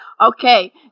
Okay